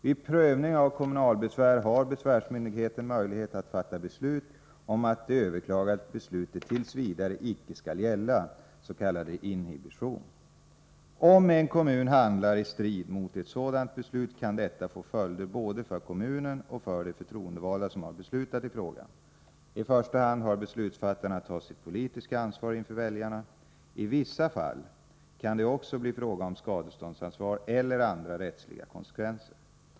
Vid prövning av kommunalbesvär har besvärsmyndigheten möjlighet att fatta beslut om att det överklagade beslutet t.v. inte skall gälla, s.k. inhibition. Om en kommun handlar i strid mot ett sådant beslut kan detta få följder både för kommunen och för de förtroendevalda som har beslutat i frågan. I första hand har beslutsfattarna att ta sitt politiska ansvar inför väljarna. I vissa fall kan det också bli fråga om skadeståndsansvar eller andra rättsliga konsekvenser.